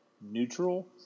neutral